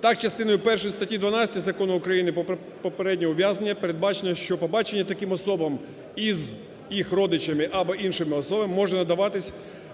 Так частиною першою статті 12 Закону України про попереднє ув'язнення передбачено, що побачення таким особам із їх родичами або іншими особами може